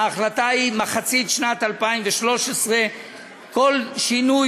ההחלטה היא מחצית שנת 2013. כל שינוי